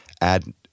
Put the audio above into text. add